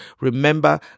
Remember